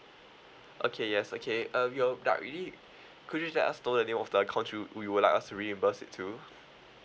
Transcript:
okay yes okay uh we will directly could you let us know the name of the account you wo~ would like us to reimburse it to